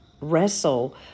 wrestle